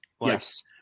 Yes